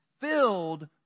filled